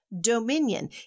dominion